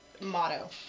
motto